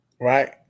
right